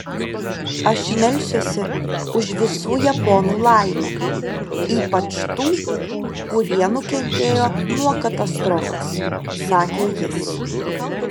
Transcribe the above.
aš melsiuosi už visų japonų laimę ypač tų kurie nukentėjo nuo katastrofos sakė jis